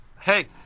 Hey